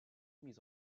mise